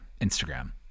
Instagram